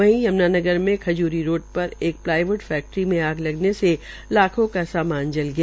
वहीं यमुनानगर में खजूरी रोड पर एक प्लवाईव्ड फैक्ट्री में आग लगने लाखों का सामान जल गया